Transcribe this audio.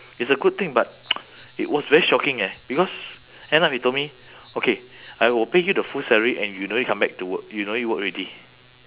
it's a good thing but it was very shocking eh because end up he told me okay I will pay you the full salary and you don't need come back to work you don't need work already